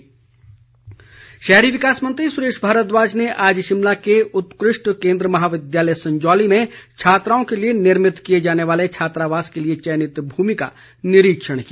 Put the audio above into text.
सुरेश भारद्वाज शहरी विकास मंत्री सुरेश भारद्वाज ने आज शिमला के उत्कृष्ट केन्द्र महाविद्यालय संजौली में छात्राओं के लिए निर्मित किए जाने वाले छात्रावास के लिए चयनित भूमि का निरीक्षण किया